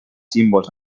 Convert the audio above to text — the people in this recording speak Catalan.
símbols